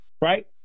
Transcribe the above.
right